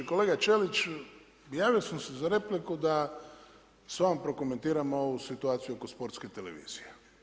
Koelga Čelič, javio sam se za repliku, da s vama prokomentiram ovu situaciju oko sportske televizije.